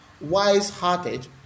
wise-hearted